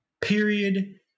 period